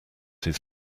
his